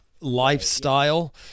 lifestyle